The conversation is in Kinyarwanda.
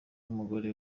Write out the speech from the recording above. umugore